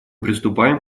приступаем